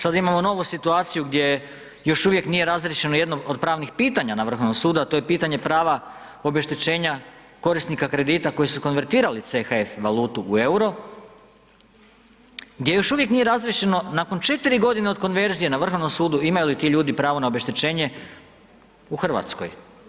Sad imamo novu situaciju gdje još uvijek nije razriješeno jedno od pravnih pitanja na Vrhovnom sudu, a to je pitanje prava obeštećenja korisnika kredita koji su konvertirali CHF valutu u EUR-o, gdje još uvijek nije razriješeno nakon 4 godine od konverzije na Vrhovnom sudu, imaju li ti ljudi pravo na obeštećenje u Hrvatskoj.